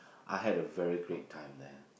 I had a very great time there